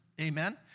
amen